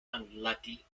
unlucky